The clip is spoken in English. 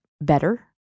better